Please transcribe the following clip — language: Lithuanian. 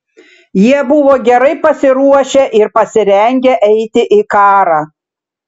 jie buvo gerai pasiruošę ir pasirengę eiti į karą